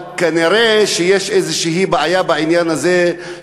אבל כנראה יש איזושהי בעיה בעניין הזה,